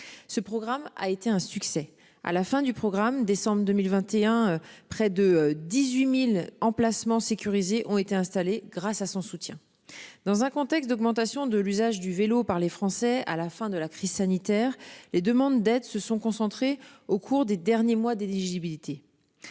Ce programme a été un succès à la fin du programme. Décembre 2021, près de 18.000 emplacements sécurisés ont été installés. Grâce à son soutien dans un contexte d'augmentation de l'usage du vélo par les Français à la fin de la crise sanitaire, les demandes d'aide se sont concentrés au cours des derniers mois d'éligibilité.